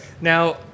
Now